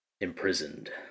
imprisoned